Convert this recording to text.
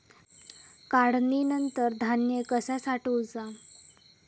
काढणीनंतर धान्य कसा साठवुचा?